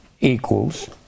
equals